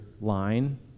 line